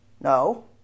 No